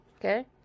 okay